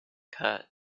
cut